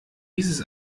dieses